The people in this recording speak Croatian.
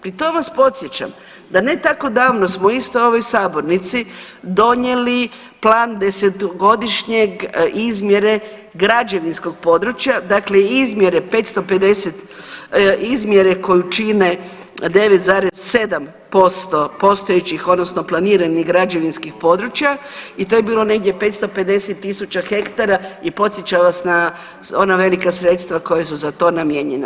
Pri tom vas podsjećam da ne tako davno smo isto u ovoj sabornici donijeli plan 10-godišnjeg izmjere građevinskog područja, dakle izmjere 550, izmjere koju čine 9,7% postojećih odnosno planiranih građevinskih područja i to je bilo negdje 550 tisuća hektara i podsjeća vas na ona velika sredstva koja su za to namijenjena.